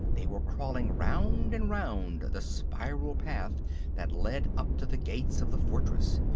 they were crawling round and round the spiral path that led up to the gate of the fortress.